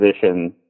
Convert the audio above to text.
position